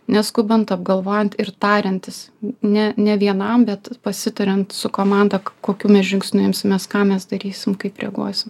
neskubant apgalvojant ir tariantis ne ne vienam bet pasitariant su komanda kokių mes žingsnių imsimės ką mes darysim kaip reaguosim